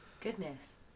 Goodness